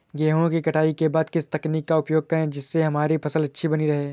गेहूँ की कटाई के बाद किस तकनीक का उपयोग करें जिससे हमारी फसल अच्छी बनी रहे?